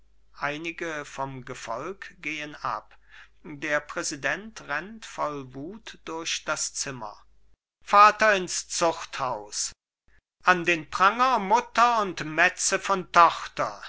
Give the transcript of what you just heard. einige vom gefolge gehen ab der präsident rennt voll wuth durch das zimmer vater ins zuchthaus an den pranger mutter und metze von tochter